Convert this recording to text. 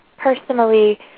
Personally